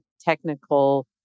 technical